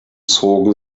zogen